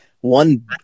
one